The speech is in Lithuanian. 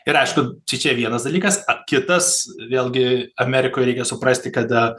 ir aišku šičia vienas dalykas a kitas vėlgi amerikoj reikia suprasti kada